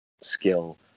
skill